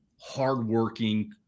hardworking